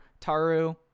Taru